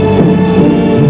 or